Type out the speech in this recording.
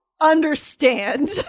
understand